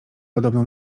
podobno